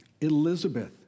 Elizabeth